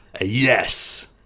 yes